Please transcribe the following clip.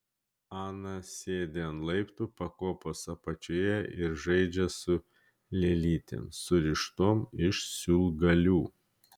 ana sėdi ant laiptų pakopos apačioje ir žaidžia su lėlytėm surištom iš siūlgalių